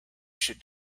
should